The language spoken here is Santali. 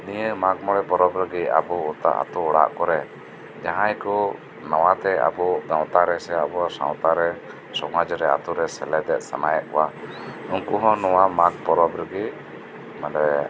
ᱱᱤᱭᱟᱹ ᱢᱟᱜ ᱢᱚᱲᱮ ᱯᱚᱨᱚᱵ ᱨᱮᱜᱤ ᱟᱵᱩ ᱫᱚ ᱟᱛᱳ ᱚᱲᱟᱜ ᱠᱚᱨᱮ ᱡᱟᱦᱟᱸᱭ ᱠᱩ ᱱᱟᱣᱟ ᱛᱮ ᱟᱵᱩ ᱜᱟᱶᱛᱟ ᱨᱮ ᱥᱮ ᱟᱵᱩ ᱥᱟᱶᱛᱟ ᱨᱮ ᱥᱚᱢᱟᱡ ᱨᱮ ᱟᱛᱳᱨᱮ ᱥᱮᱞᱮᱛᱚᱜ ᱥᱟᱱᱟᱭᱮᱫ ᱠᱚᱣᱟ ᱩᱱᱠᱩ ᱦᱚᱸ ᱱᱚᱣᱟ ᱢᱟᱜᱽ ᱯᱚᱨᱚᱵᱽ ᱨᱮᱜᱤ ᱢᱟᱱᱮ